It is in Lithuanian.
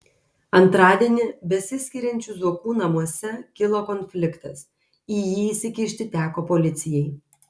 antradienį besiskiriančių zuokų namuose kilo konfliktas į jį įsikišti teko policijai